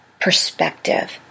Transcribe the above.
perspective